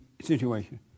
situation